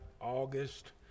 August